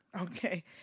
okay